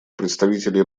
представителей